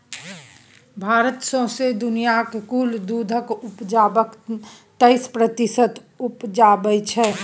भारत सौंसे दुनियाँक कुल दुधक उपजाक तेइस प्रतिशत उपजाबै छै